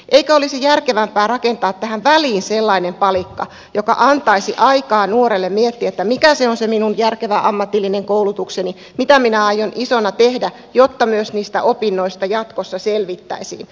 eikö olisi järkevämpää rakentaa tähän väliin sellainen palikka joka antaisi nuorelle aikaa miettiä mikä on hänen järkevä ammatillinen koulutuksensa mitä hän aikoo isona tehdä jotta myös niistä opinnoista jatkossa selvittäisiin